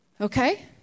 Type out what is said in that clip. Okay